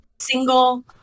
single